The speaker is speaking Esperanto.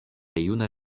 juna